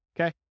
okay